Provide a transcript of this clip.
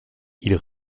ils